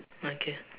okay